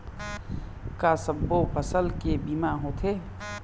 का सब्बो फसल के बीमा होथे?